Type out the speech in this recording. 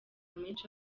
menshi